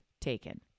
taken